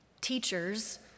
Teachers